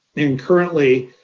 and currently,